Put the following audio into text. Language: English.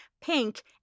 Pink